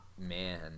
Man